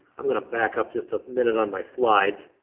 i'm gonna back up just a minute on my slides.